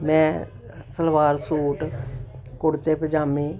ਮੈਂ ਸਲਵਾਰ ਸੂਟ ਕੁੜਤੇ ਪਜਾਮੇ